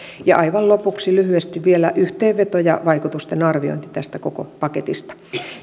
ja aivan lopuksi lyhyesti vielä yhteenveto ja vaikutusten arviointi tästä koko paketista